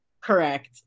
Correct